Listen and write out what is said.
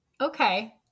okay